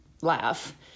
laugh